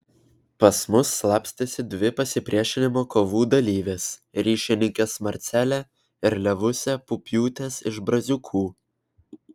pas mus slapstėsi dvi pasipriešinimo kovų dalyvės ryšininkės marcelė ir levusė pupiūtės iš braziūkų